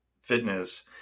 fitness